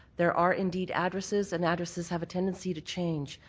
there are indeed addresses and addresses have a tendency to change.